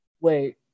Wait